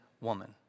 woman